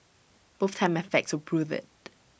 both time and facts will prove IT